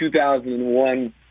2001